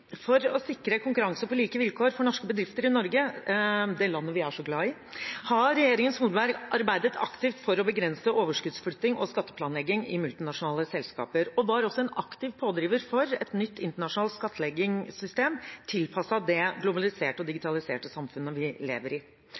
For å sikre konkurranse på like vilkår for norske bedrifter i Norge, det landet vi er så glad i, arbeidet regjeringen Solberg aktivt for å begrense overskuddsflytting og skatteplanlegging i multinasjonale selskaper og var også en aktiv pådriver for et nytt internasjonalt skattleggingssystem tilpasset det globaliserte og digitaliserte samfunnet vi lever i.